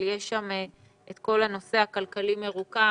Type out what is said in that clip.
אבל יש שם את כל הנושא הכלכלי באופן מרוכז.